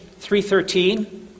313